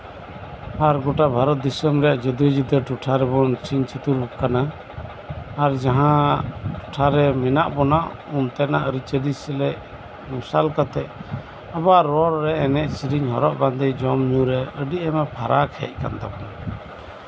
ᱟᱨ ᱜᱚᱴᱟ ᱵᱷᱟᱨᱚᱛ ᱫᱤᱥᱚᱢ ᱨᱮ ᱡᱩᱫᱟᱹᱼᱡᱩᱫᱟᱹ ᱴᱚᱴᱷᱟ ᱨᱮᱵᱚᱱ ᱪᱷᱤᱝ ᱪᱷᱟᱛᱩᱨᱟᱠᱟᱱᱟ ᱟᱨ ᱡᱟᱦᱟᱸ ᱴᱚᱴᱷᱟ ᱨᱮ ᱢᱮᱱᱟᱜ ᱵᱚᱱᱟ ᱚᱱᱛᱮᱱᱟᱜ ᱟᱹᱨᱤᱪᱟᱞᱤ ᱥᱮᱞᱮᱫ ᱢᱮᱥᱟᱞ ᱠᱟᱛᱮ ᱟᱵᱚᱣᱟᱜ ᱨᱚᱲ ᱨᱮ ᱮᱱᱮᱡ ᱥᱮᱨᱮᱧ ᱡᱚᱢᱼᱧᱩ ᱨᱮ ᱟᱹᱰᱤ ᱟᱭᱢᱟ ᱯᱷᱟᱨᱚᱠ ᱦᱮᱡ ᱠᱟᱱ ᱛᱟᱵᱚᱱᱟ